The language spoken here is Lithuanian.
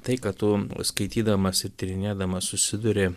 tai ką tu skaitydamas ir tyrinėdamas susiduri